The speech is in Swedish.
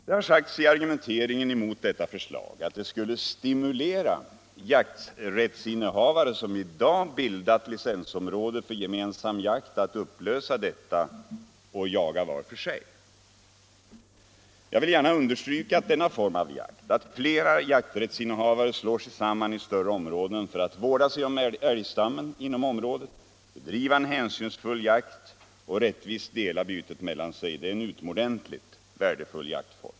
Det har sagts i argumenteringen emot detta förslag att det skulle stimulera jakträttsinnehavare som i dag bildat licensområde för gemensam jakt att upplösa detta och jaga var för sig. Jag vill gärna understryka att denna form av jakt, att flera jakträttsinnehavare slår sig samman i större områden för att vårda sig om älgstammen inom området, bedriva en hänsynsfull jakt och rättvist dela bytet mellan sig, är en utomordentligt värdefull jaktform.